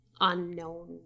unknown